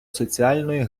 соціальної